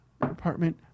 apartment